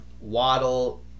Waddle